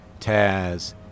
Taz